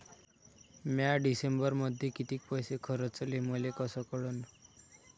म्या डिसेंबरमध्ये कितीक पैसे खर्चले मले कस कळन?